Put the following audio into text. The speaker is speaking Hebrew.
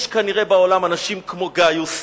יש כנראה בעולם אנשים כמו גאיוס,